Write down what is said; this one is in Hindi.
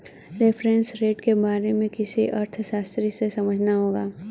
रेफरेंस रेट के बारे में किसी अर्थशास्त्री से समझना होगा